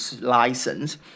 License